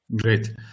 Great